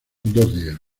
días